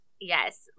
Yes